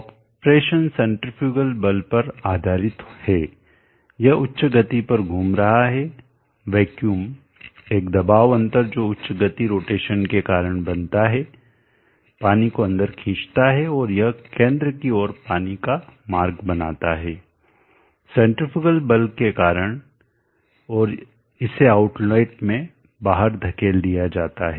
operation centrifugal बल पर आधारित है यह उच्च गति पर घूम रहा है वैक्यूम एक दबाव अंतर जो उच्च गति रोटेशन के कारण बनता है पानी को अन्दर खिचंता है और यह केंद्र की ओर पानी का मार्ग बनाता है सेंट्रीफ्यूगल बल के कारण और इसे आउटलेट में बाहर धकेल दिया जाता है